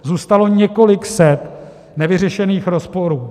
Zůstalo několik set nevyřešených rozporů.